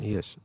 Yes